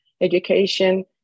education